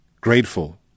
grateful